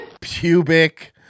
Pubic